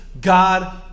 God